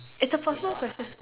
it's a personal question